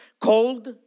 cold